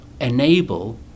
enable